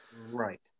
right